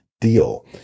deal